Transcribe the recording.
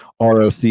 ROC